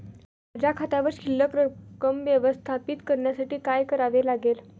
माझ्या खात्यावर शिल्लक रक्कम व्यवस्थापित करण्यासाठी काय करावे लागेल?